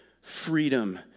freedom